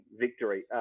victory